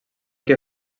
que